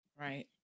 right